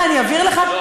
אני אעביר לך,